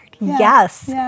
Yes